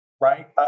right